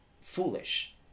foolish